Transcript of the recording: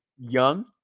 young